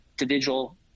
individual